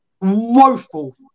Woeful